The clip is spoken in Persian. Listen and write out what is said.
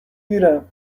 گیرم